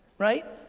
right?